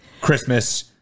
Christmas